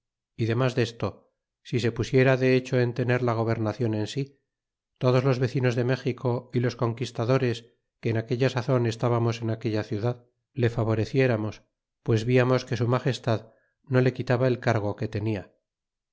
y dernas desto si se pusiera de hecho en tener la gobernacion en si todos los vecinos de méxico y los conquistadores que en aquella sazon estábamos en aquella ciudad le favorecieramos pues via nos que su mageslad no le quitaba del cargo que tenia